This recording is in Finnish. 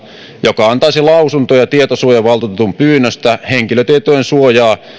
joka antaisi lausuntoja tietosuojavaltuutetun pyynnöstä henkilötietojen suojaa